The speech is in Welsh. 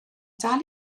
dal